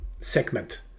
segment